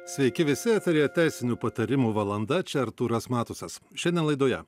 sveiki visi tai yra teisinių patarimų valanda čia artūras matusas šiandien laidoje